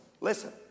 Listen